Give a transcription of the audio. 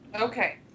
Okay